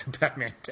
Batman